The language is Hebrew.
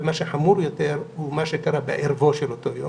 אבל מה שחמור יותר הוא מה שקרה בערבו של אותו יום.